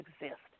exist